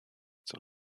zur